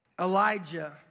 Elijah